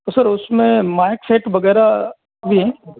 sir उसमें mike set वगैरह भी है